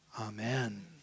Amen